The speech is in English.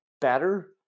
better